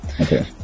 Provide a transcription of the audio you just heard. Okay